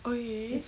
ookay